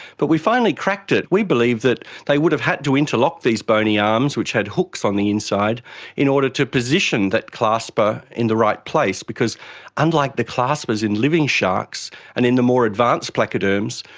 but we finally cracked it. we believe that they would have had to interlock these bony arms which had hooks on the inside in order to position that clasper in the right place, because unlike the claspers in living sharks and in the more advanced placoderms,